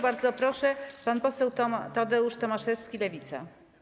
Bardzo proszę, pan poseł Tadeusz Tomaszewski, Lewica.